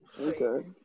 Okay